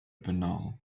banal